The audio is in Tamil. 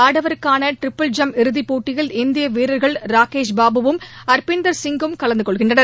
ஆடவருக்கான ட்டிரிபிள் ஜம்ப் இறுதிப் போட்டியில் இந்திய வீரர்கள் ராகேஷ் பாபுவும் அர்ப்பிந்தர் சிங்கும் கலந்து கொள்கின்றனர்